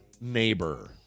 Neighbor